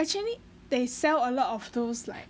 actually they sell a lot of those like